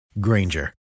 Granger